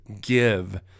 give